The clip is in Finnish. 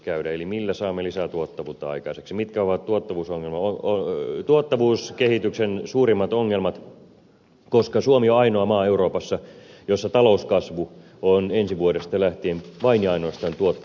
eli millä saamme lisätuottavuutta aikaiseksi mitkä ovat tuottavuuskehityksen suurimmat ongelmat koska suomi on ainoa maa euroopassa jossa talouskasvu on ensi vuodesta lähtien vain ja ainoastaan tuottavuuden varassa